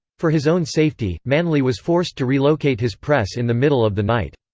for his own safety, manly was forced to relocate his press in the middle of the night.